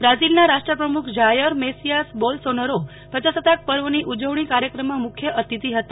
બ્રાઝિલના રાષ્ટ્રપ્રમુખ Jair Messias Bolsonaro પ્રજાસત્તાક પર્વની ઉજવણી કાર્યક્રમમાં મુખ્ય અતિથિ હતા